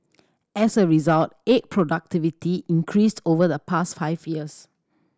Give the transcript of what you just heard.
as a result egg productivity increased over the past five years